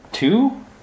Two